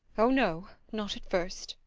oh, no not at first.